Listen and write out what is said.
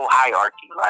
hierarchy